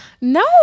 No